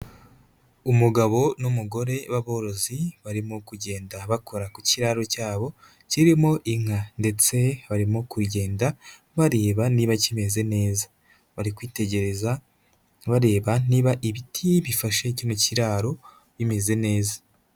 Umugabo n'umugore b'aborozi barimo kugenda bakora ku kiraro cyabo kirimo inka, ndetse barimo kugenda bareba niba kimeze neza, bari kwitegereza bareba niba ibiti bifashe kino kiraro bimeze neza.